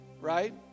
right